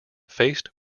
faced